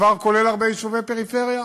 שכבר כוללת הרבה יישובי פריפריה.